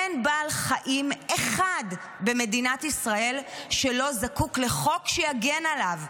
אין בעל חיים אחד במדינת ישראל שלא זקוק לחוק שיגן עליו.